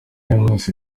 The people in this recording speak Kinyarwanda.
yamwise